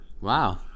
Wow